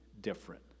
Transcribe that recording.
different